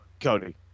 Cody